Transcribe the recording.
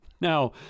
Now